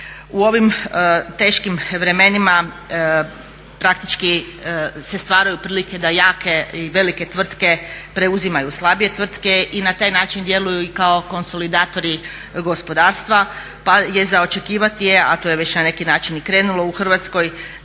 U ovim teškim vremenima praktički se stvaraju prilike da jake i velike tvrtke preuzimaju slabije tvrtke i na taj način djeluju i kao konsolidatori gospodarstva pa je za očekivati, a to je već na neki način i krenulo u Hrvatskoj